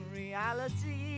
reality